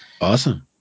Awesome